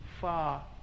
far